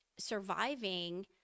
Surviving